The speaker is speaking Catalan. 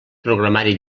programari